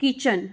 kitchen